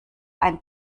ein